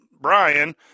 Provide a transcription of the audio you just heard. Brian